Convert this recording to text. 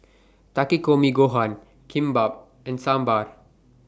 Takikomi Gohan Kimbap and Sambar